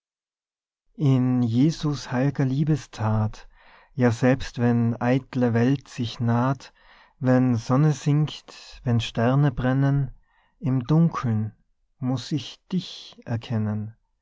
in jesus heil'ger liebesthat ja selbst wenn eitle welt sich naht wenn sonne sinkt wenn sterne brennen im dunkeln muß ich dich erkennen